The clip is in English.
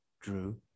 drew